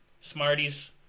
smarties